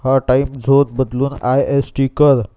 हा time zone बदलून I S T कर